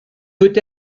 peut